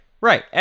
right